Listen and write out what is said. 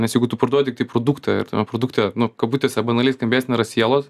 nes jeigu tu parduodi produktą ir tame produkte nu kabutėse banaliai skambės nėra sielos